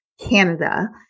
Canada